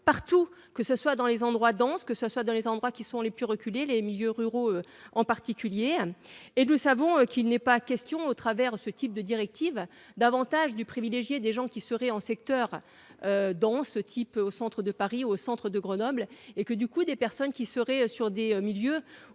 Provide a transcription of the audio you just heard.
partout, que ce soit dans les endroits dense que ça soit dans les endroits qui sont les plus reculées, les milieux ruraux en particulier. Et nous savons qu'il n'est pas question, au travers ce type de directives davantage du privilégié des gens qui seraient en secteur. Dans ce type au centre de Paris, au Centre de Grenoble et que du coup des personnes qui seraient sur des milieux